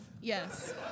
Yes